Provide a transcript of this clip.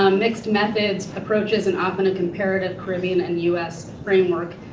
um mixed-method approaches, and often a comparative caribbean and u s. framework,